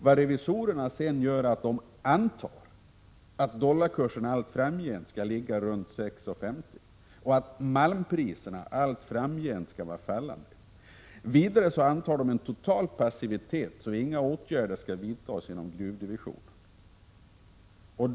Vad revisorerna sedan gör är att de antar att dollarkursen allt framgent skall ligga runt 6:50 kr. och att malmpriserna allt framgent skall vara fallande. Vidare antar de en total passivitet — att inga åtgärder vidtas inom gruvdivisionen.